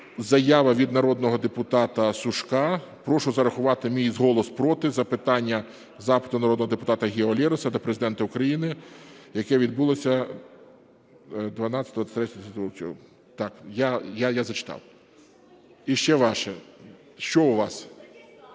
заява від народного депутата Сушка. Прошу зарахувати мій голос "проти". Запитання, запит народного депутата Гео Лероса до Президента України, яке відбулося, я зачитав. Ще ваше. Що у вас?